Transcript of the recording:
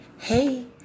Hey